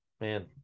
Man